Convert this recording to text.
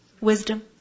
wisdom